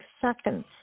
seconds